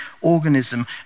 organism